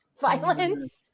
violence